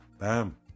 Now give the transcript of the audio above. Bam